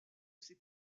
ses